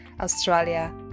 Australia